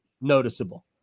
noticeable